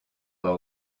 pas